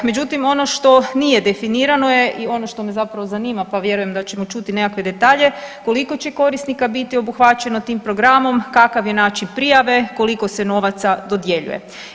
Međutim, ono što nije definirano je i ono što me zapravo zanima, pa vjerujem da ćemo čuti nekakve detalje koliko će korisnika biti obuhvaćeno tim programom, kakav je način prijave, koliko se novaca dodjeljuje.